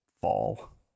fall